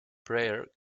prayer